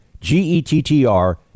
G-E-T-T-R